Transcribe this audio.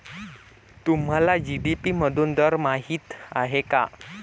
तुम्हाला जी.डी.पी मधून दर माहित आहे का?